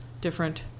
different